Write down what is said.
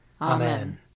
Amen